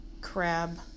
crab